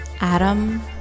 Adam